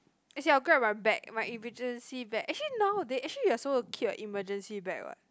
as in I'll grab my bag my emergency bag actually nowaday actually you are supposed to keep a emergency bag what